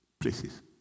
places